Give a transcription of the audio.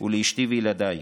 ולאשתי וילדיי,